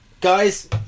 guys